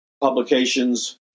publications